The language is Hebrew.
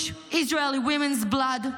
burned, limbless bodies of Israeli women.